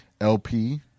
LP